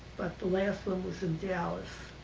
but the last one was in dallas.